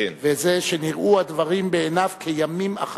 וזה שנראו הדברים בעיניו כימים אחדים.